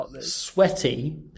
sweaty